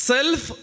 Self